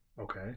Okay